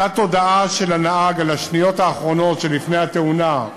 אותה תודעה של הנהג על השניות האחרונות שלפני התאונה,